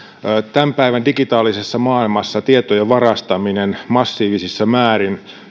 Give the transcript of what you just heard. tämän päivän digitaalisessa maailmassa tietojen varastaminen massiivisissa määrin